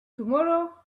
tomorrow